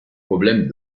problèmes